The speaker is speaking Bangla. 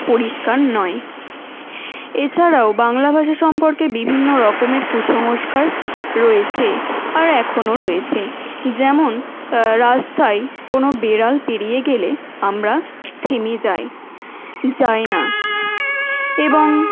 পরিষ্কার নয় এছাড়াও বাংলা ভাষা সম্পর্কে বিভিন্ন রকমের কুসংস্কার রয়েছে আর এখনো রয়েছে যেমন রাস্তায় কোনো বেড়াল পেরিয়ে গেলে আমরা থেমে যাই যাই না এবং